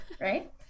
right